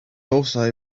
also